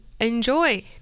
enjoy